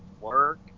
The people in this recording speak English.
Work